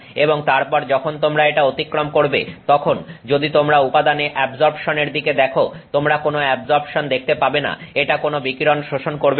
এবং তারপর যখন তোমরা এটা অতিক্রম করবে তখন যদি তোমরা উপাদানে অ্যাবজর্পশনের দিকে দেখো তোমরা কোন অ্যাবজর্পশন দেখতে পাবে না এটা কোন বিকিরণ শোষণ করবে না